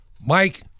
Mike